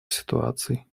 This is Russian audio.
ситуаций